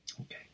Okay